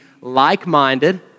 like-minded